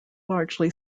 largely